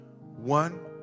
One